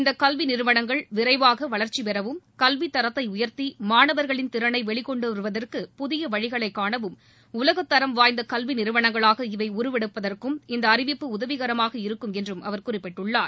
இந்த கல்வி நிறுவனங்கள் விரைவாக வளர்ச்சி பெறவும் கல்வித் தரத்தை உயர்த்தி மாணவர்களின் திறனை வெளிக்கொணருவதற்கு புதிய வழிகளை காணவும் உலகத்தரம் வாய்ந்த கல்வி நிறுவனங்களாக இவை உருவெடுப்பதற்கும் இந்த அறிவிப்பு உதவிகரமாக இருக்கும் என்றும் அவர் குறிப்பிட்டுள்ளார்